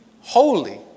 holy